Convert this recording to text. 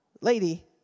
lady